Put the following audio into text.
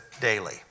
daily